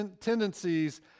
tendencies